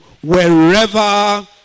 wherever